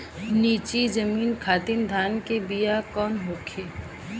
नीची जमीन खातिर धान के बीज कौन होखे?